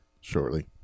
shortly